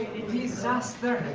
disaster.